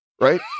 right